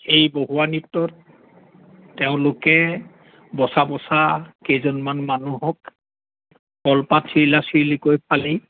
এই বহুৱা নৃত্যত তেওঁলোকে বছা বছা কেইজনমান মানুহক কলপাত ছিৰিলা ছিৰিলিকৈ ফালি